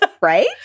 Right